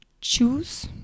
choose